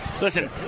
Listen